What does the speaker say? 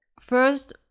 first